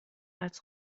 als